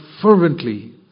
fervently